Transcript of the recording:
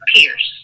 pierce